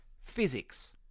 physics